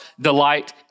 delight